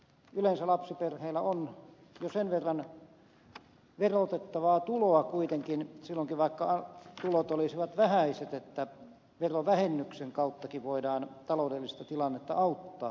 yleensä lapsiperheillä on jo sen verran verotettavaa tuloa kuitenkin silloinkin vaikka tulot olisivat vähäiset että verovähennyksen kauttakin voidaan taloudellista tilannetta auttaa